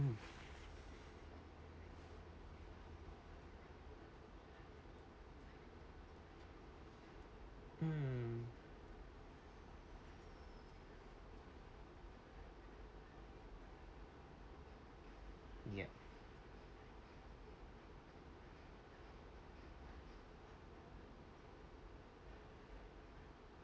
mm yup